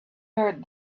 heard